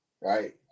right